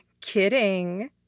Kidding